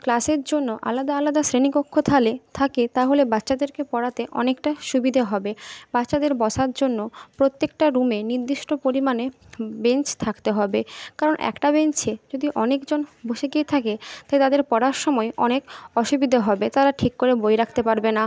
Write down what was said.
ক্লাসের জন্য আলাদা আলাদা শ্রেণীকক্ষ থাকে তাহলে বাচ্চাদেরকে পড়াতে অনেকটা সুবিধে হবে বাচ্চাদের বসার জন্য প্রত্যেকটা রুমে নির্দিষ্ট পরিমাণে বেঞ্চ থাকতে হবে কারণ একটা বেঞ্চে যদি অনেকজন বসে গিয়ে থাকে তাহলে তাদের পড়ার সময় অনেক অসুবিধে হবে তারা ঠিক করে বই রাখতে পারবে না